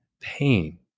pain